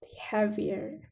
heavier